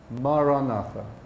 Maranatha